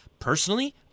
Personally